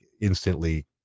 instantly